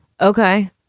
Okay